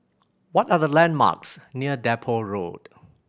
what are the landmarks near Depot Road